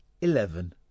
Eleven